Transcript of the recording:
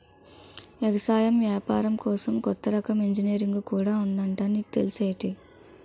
ఎగసాయం ఏపారం కోసం కొత్త రకం ఇంజనీరుంగు కూడా ఉందట నీకు తెల్సేటి?